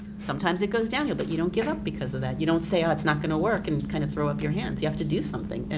sometimes it goes downhill, but you don't give up because of that. you don't say, oh it's not gonna work and kind of throw up your hands. you have to do something. and